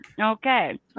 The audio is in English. Okay